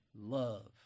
Love